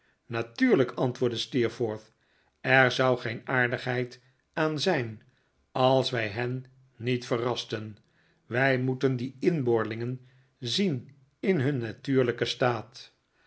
natuurlijk antwoordde steerforth er zou geen aardigheid aan zijn als wij hen niet verrasten wij moeten die inboorlingen zien in hun natuurlijken staat